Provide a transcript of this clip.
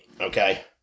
okay